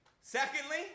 Secondly